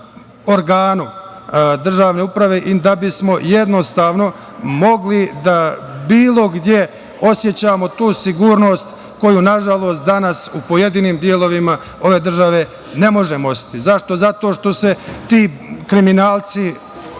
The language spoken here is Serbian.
organu državne uprave i da bismo jednostavno mogli da bilo gde osećamo tu sigurnost koju, nažalost, danas u pojedinim delovima ove države ne možemo osetiti. Zašto? Zato što se ti kriminalci